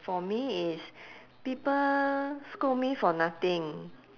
for me is people scold me for nothing